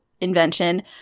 invention